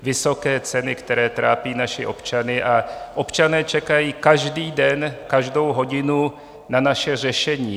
Vysoké ceny, které trápí naše občany a občané čekají každý den, každou hodinu, na naše řešení.